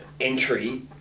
entry